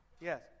Yes